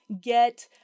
get